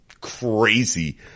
crazy